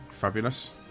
Fabulous